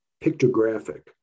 pictographic